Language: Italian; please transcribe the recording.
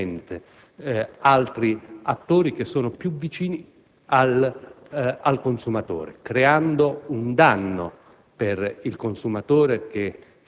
e punisce invece fortemente altri attori che sono più vicini al consumatore, creando un danno